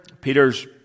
Peter's